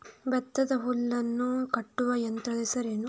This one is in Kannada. ಭತ್ತದ ಹುಲ್ಲನ್ನು ಕಟ್ಟುವ ಯಂತ್ರದ ಹೆಸರೇನು?